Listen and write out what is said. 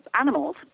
animals